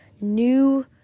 new